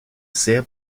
sehr